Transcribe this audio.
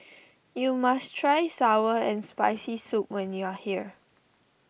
you must try Sour and Spicy Soup when you are here